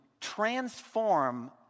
transform